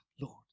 Lord